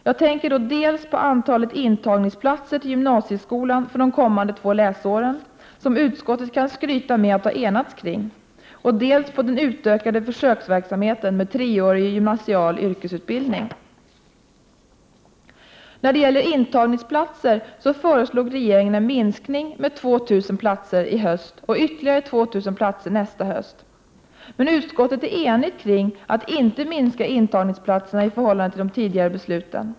Jag tänker då dels på antalet intagningsplatser i gymnasieskolan för de kommande två läsåren, som utskottet kan skryta med att ha enats kring, dels på den utökade försöksverksamheten med treårig gymnasial yrkesutbildning. När det gäller antalet intagningsplatser föreslog regeringen en minskning med 2 000 platser i höst och ytterligare 2 000 platser nästa höst. Men utskottet är enigt om att inte minska antalet intagningsplatser i förhållande till de tidigare besluten.